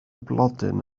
blodyn